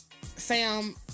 fam